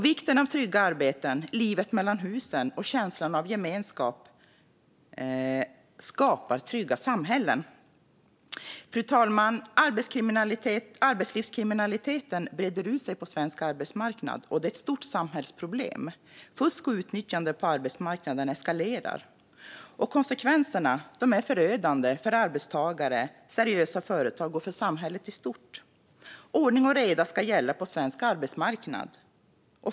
Vikten av trygga arbeten, livet mellan husen och känslan av gemenskap skapar trygga samhällen. Fru talman! Arbetslivskriminaliteten breder ut sig på svensk arbetsmarknad, och det är ett stort samhällsproblem. Fusk och utnyttjande på arbetsmarknaden eskalerar. Konsekvenserna är förödande för arbetstagare, för seriösa företag och för samhället i stort. Ordning och reda ska gälla på svensk arbetsmarknad.